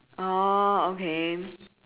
oh okay